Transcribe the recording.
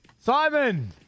Simon